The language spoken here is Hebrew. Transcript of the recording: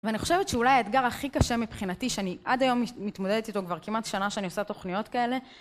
ואני חושבת שאולי האתגר הכי קשה מבחינתי, שאני עד היום מתמודדת איתו כבר כמעט שנה שאני עושה תוכניות כאלה.